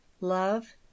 love